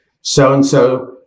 so-and-so